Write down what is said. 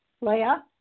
Leah